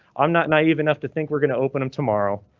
i'm not naive enough to think we're going to open him tomorrow.